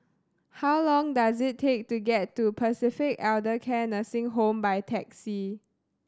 how long does it take to get to Pacific Elder Care Nursing Home by taxi